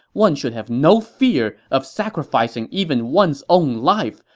one should have no fear of sacrificing even one's own life,